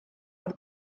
oedd